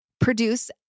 produce